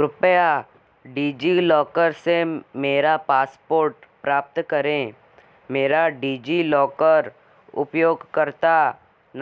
कृपया डिजिलॉकर से मेरा पासपोर्ट प्राप्त करें मेरा डिजिलॉकर उपयोगकर्ता